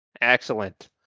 Excellent